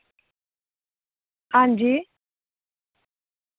हां जी